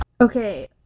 Okay